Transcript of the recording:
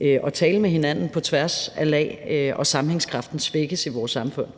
at tale med hinanden på tværs af lag, og sammenhængskraften i vores samfund